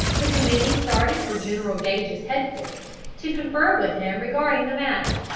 the committee started for general gage's head-quarters, to confer with him regarding the matter.